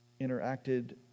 interacted